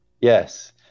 Yes